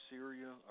Syria